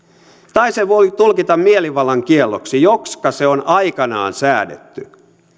tai sen voi tulkita mielivallan kielloksi joksika se on aikoinaan säädetty